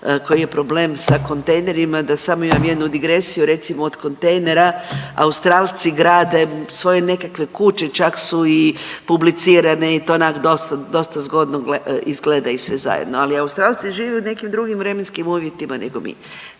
koji je problem sa kontejnerima, da samo imam jednu digresiju, recimo, od kontejnera Australci grade svoje nekakve kuće, čak su i publicirane i to onak' dosta, dosta zgodno izgleda i sve zajedno, ali Australci žive u nekim drugim vremenskim uvjetima nego mi.